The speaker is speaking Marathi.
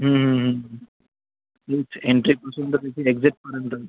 एंट्रीपासून तर एक्जिटपर्यंत